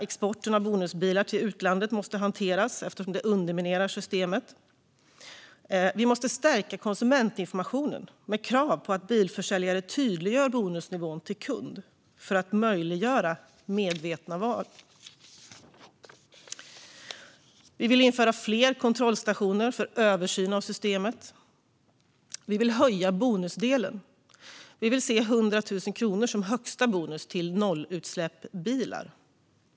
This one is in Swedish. Exporten av bonusbilar till utlandet måste hanteras, eftersom det underminerar systemet. Vi måste stärka konsumentinformationen med krav på att bilförsäljare tydliggör bonusnivån till kund för att möjliggöra medvetna val. Vi vill införa fler kontrollstationer för översyn av systemet. Vi vill höja bonusdelen. Vi vill se 100 000 kronor som högsta bonus till nollutsläppbilar.